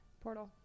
portal